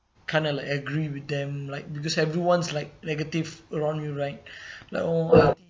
kind of like agree with them like because everyone's like negative around you right like oh